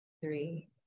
three